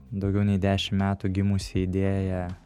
daugiau nei dešimt metų gimusi idėja